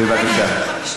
כרגע יש פה חמישה.